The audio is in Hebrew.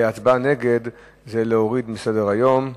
הצבעה נגד זה להוריד מסדר-היום.